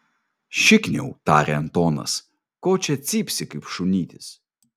šikniau tarė antonas ko čia cypsi kaip šunytis